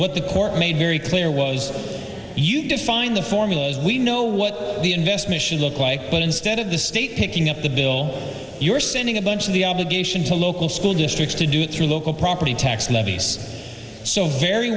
what the court made very clear was you define the formula as we know what the invest mission look like but instead of the state picking up the bill you're sending a bunch of the obligation to local school districts to do it through local property tax levies so very